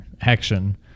action